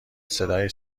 صدای